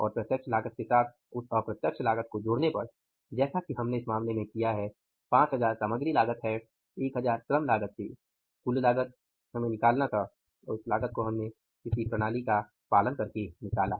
और प्रत्यक्ष लागत के साथ उस अप्रत्यक्ष लागत को जोड़ने पर जैसा कि हमने इस मामले में किया है 5000 सामग्री लागत है 1000 श्रम लागत थी कुल लागत हमें निकालना था और उस लागत को हमने किसी प्रणाली का पालन करके निकाला